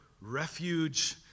refuge